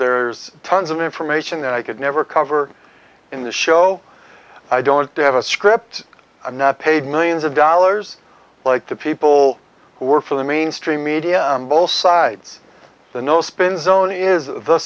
there's tons of information that i could never cover in the show i don't have a script i'm not paid millions of dollars like the people who work for the mainstream media both sides the no spin zone is the